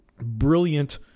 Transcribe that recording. brilliant